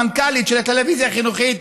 המנכ"לית של הטלוויזיה החינוכית,